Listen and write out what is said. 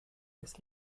des